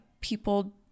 people